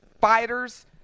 fighters